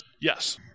Yes